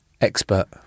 Expert